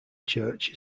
church